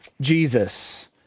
Jesus